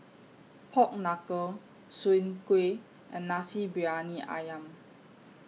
Pork Knuckle Soon Kuih and Nasi Briyani Ayam